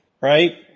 right